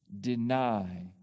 deny